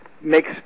makes